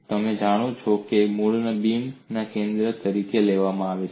તમે જાણો છો કે મૂળને બીમના કેન્દ્ર તરીકે લેવામાં આવે છે